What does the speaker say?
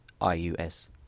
I-U-S